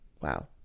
Wow